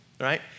right